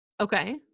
okay